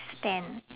stand